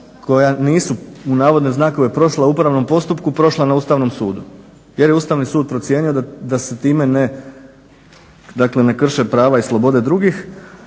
koja "nisu" prošla u upravnom postupku prošla na Ustavnom sudu, jer je Ustavni sud procijenio da se time ne krše prava i slobode drugih.